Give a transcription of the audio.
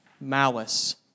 malice